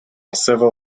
civil